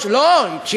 לא קשור.